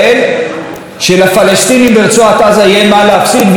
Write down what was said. שלפלסטינים ברצועת עזה יהיה מה להפסיד ויהיה שביב של תקווה.